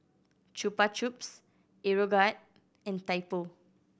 Chupa Chups Aeroguard and Typo